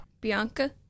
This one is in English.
Bianca